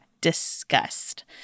disgust